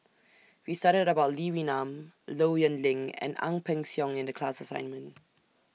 We studied about Lee Wee Nam Low Yen Ling and Ang Peng Siong in The class assignment